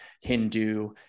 Hindu